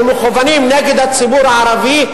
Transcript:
שמכוונים נגד הציבור הערבי,